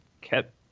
kept